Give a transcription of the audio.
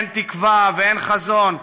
אין תקווה ואין חזון,